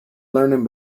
learning